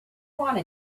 wanna